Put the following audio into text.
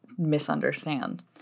misunderstand